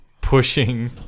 pushing